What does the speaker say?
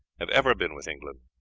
have ever been with england,